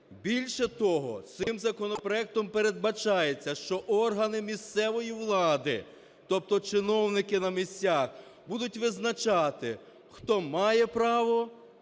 Більше того, цим законопроектом передбачається, що органи місцевої влади, тобто чиновники на місцях, будуть визначати, хто має право